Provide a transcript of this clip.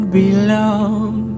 belong